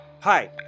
Hi